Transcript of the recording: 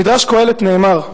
במדרש קהלת נאמר: